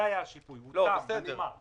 זה היה השיפוי, והוא תם, הוא נגמר.